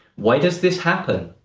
why does this happen?